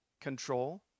control